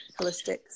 Holistics